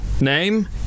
Name